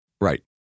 Right